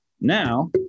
Now